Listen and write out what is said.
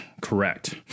Correct